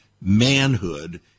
manhood